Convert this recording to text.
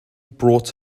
brought